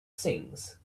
sings